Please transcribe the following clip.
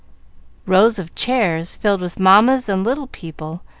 rows of chairs, filled with mammas and little people,